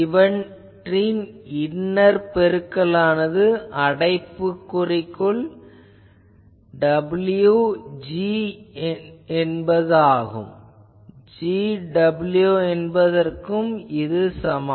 இவற்றின் இன்னர் பெருக்கல் என்பதாவது அடைப்புக்குறிக்குள் w g ஆகும் இது g w என்பதற்கும் சமம்